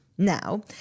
Now